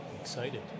excited